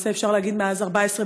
למעשה אפשר להגיד מאז 14 בינואר,